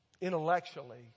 intellectually